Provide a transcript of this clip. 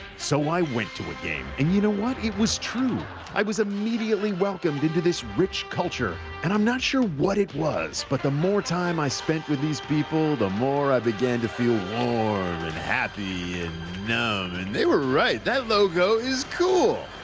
so i went to a game. and you know what, it was true i was immediately welcomed into this rich culture, and i'm not sure what it was, but the more time i spent with these people, the more i began to feel warm and happy and numb and, they were right, that logo is cool!